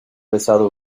besado